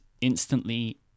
instantly